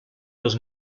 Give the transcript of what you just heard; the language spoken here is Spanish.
los